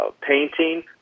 painting